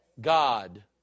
God